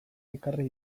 ekarri